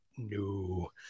no